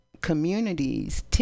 communities